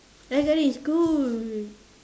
I got it in school